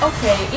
Okay